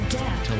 death